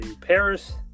Paris